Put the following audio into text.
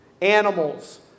animals